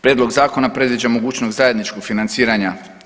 Prijedlog zakona predviđa mogućnost zajedničkog financiranja.